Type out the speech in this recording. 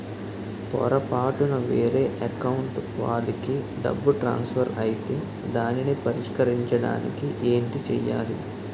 పొరపాటున వేరే అకౌంట్ వాలికి డబ్బు ట్రాన్సఫర్ ఐతే దానిని పరిష్కరించడానికి ఏంటి చేయాలి?